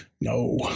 No